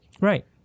Right